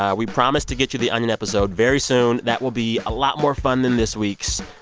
ah we promised to get you the onion episode very soon. that will be a lot more fun than this week's.